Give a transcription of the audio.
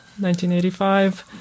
1985